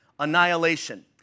annihilation